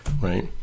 right